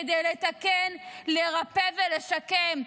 כדי לתקן, לרפא ולשקם.